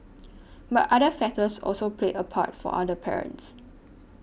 but other factors also played a part for other parents